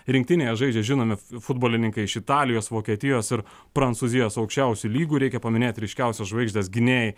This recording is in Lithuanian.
rinktinėje žaidžia žinomi futbolininkai iš italijos vokietijos ir prancūzijos aukščiausių lygų reikia paminėt ryškiausias žvaigždes gynėjai